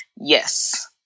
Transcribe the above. Yes